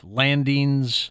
landings